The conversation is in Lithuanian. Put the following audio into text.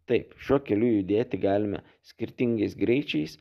taip šiuo keliu judėti galime skirtingais greičiais